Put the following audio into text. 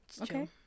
okay